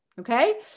Okay